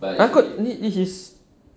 this is is